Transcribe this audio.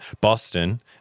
Boston